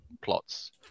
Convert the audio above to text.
plots